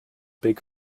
big